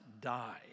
die